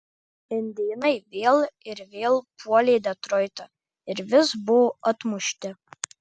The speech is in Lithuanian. indėnai vėl ir vėl puolė detroitą ir vis buvo atmušti